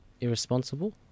irresponsible